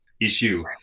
issue